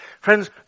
friends